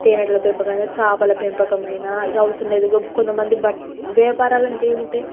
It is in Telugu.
తేనెల పెంపకం అయినా చేపల పెంపకం అయినా ఇక అవసరం లేదు కొంతమంది బట్ వ్యాపారాలు అంటే ఏముంటాయి